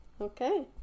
Okay